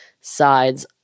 sides